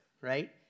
right